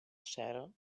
shell